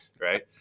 Right